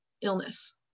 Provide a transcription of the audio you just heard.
illness